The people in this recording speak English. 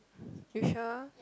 you sure